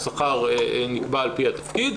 השכר נקבע על פי התפקיד.